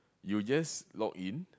you just login